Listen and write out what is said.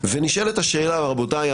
ונשאלת השאלה רבותי,